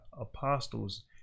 apostles